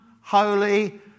holy